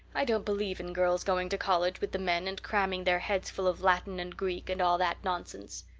i don't believe in girls going to college with the men and cramming their heads full of latin and greek and all that nonsense.